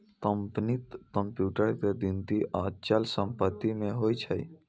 कंपनीक कंप्यूटर के गिनती अचल संपत्ति मे होइ छै